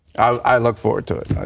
i look forward to it.